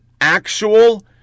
actual